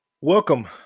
welcome